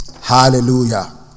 Hallelujah